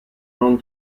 non